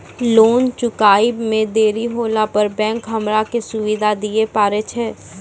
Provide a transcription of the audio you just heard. Loan चुकब इ मे देरी होला पर बैंक हमरा की सुविधा दिये पारे छै?